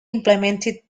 implemented